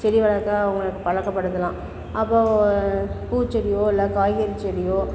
செடி வளர்க்க அவுங்களுக்கு பழக்கப்படுத்தலாம் அப்போது பூச்செடியோ இல்லை காய்கறி செடியோ